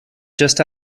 just